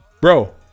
Bro